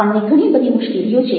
આપણને ઘણી બધી મુશ્કેલીઓ છે